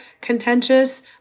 contentious